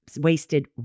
wasted